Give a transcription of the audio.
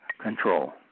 control